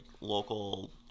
local